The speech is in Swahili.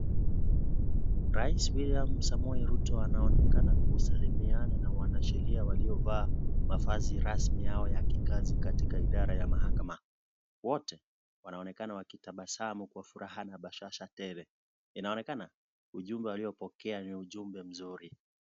Rais William Samoe Ruto anaonekana kusalimiana na waanasheria waliovaa mavazi rasmi yao ya kikazi katika idara ya mahakama. Wote wanaonekana wakitabasamu kwa furaha na bashasha tele. Inaonekana ujumbe waliopokea ni ujumbe mzuri.